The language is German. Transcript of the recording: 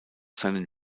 seinen